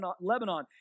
Lebanon